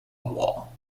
wall